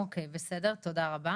אוקי, תודה רבה.